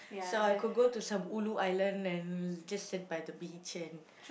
so I could go to some ulu island and just sit by the beach and